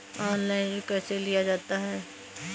Online ऋण कैसे लिया जाता है?